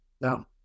No